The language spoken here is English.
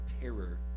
terror